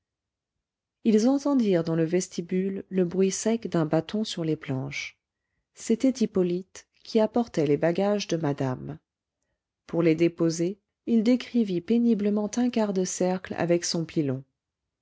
ils entendirent dans le vestibule le bruit sec d'un bâton sur les planches c'était hippolyte qui apportait les bagages de madame pour les déposer il décrivit péniblement un quart de cercle avec son pilon